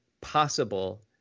possible